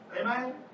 Amen